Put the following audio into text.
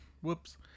Whoops